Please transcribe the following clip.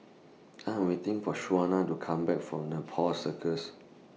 I Am waiting For Shawnna to Come Back from Nepal Circus